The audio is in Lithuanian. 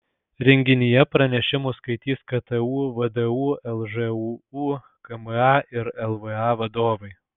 renginyje pranešimus skaitys ktu vdu lžūu kma ir lva vadovai